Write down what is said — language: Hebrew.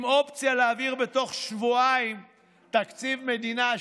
עם אופציה להעביר בתוך שבועיים תקציב מדינה,